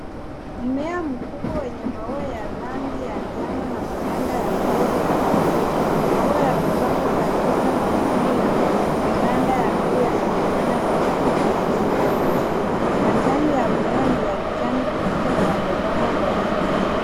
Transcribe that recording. Mmea mkubwa wenye maua ya rangi ya njano na maganda ya mbegu ya kahawia. Maua yamepangwa katika makundi na maganda ya mbegu yanaonekana yakining'inia chini ya majani. Majani ya mimea ni ya kijani kibichi na yamepangwa kwa jozi.